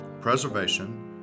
preservation